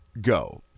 Go